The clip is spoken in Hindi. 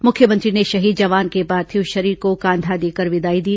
मुख्यमंत्री ने शहीद जवान के पार्थिव शरीर को कांधा देकर विदाई दी